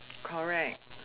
correct